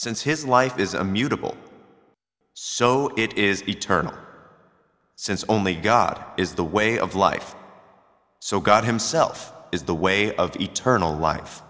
since his life is a mutable so it is eternal since only god is the way of life so god himself is the way of eternal life